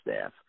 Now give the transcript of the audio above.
staff